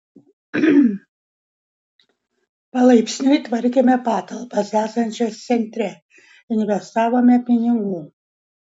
palaipsniui tvarkėme patalpas esančias centre investavome pinigų